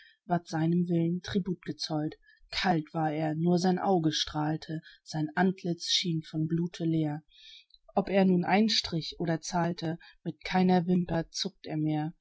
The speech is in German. seinem will'n tribut gezollt kalt war er nur sein auge strahlte sein antlitz schien von blute leer ob er nun einstrich ob er zahlte mit keiner wimper zuckt er mehr